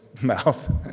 mouth